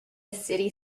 city